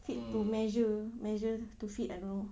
fit to measure measure to fit I don't know